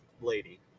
lady